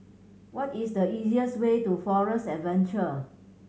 what is the easiest way to Forest Adventure